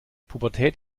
pubertät